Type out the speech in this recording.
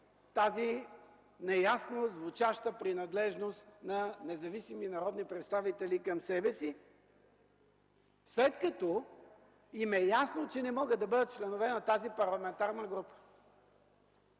тази неясно звучаща принадлежност на независими народни представители към себе си, след като им е ясно, че не могат да бъдат членове на тази парламентарна група,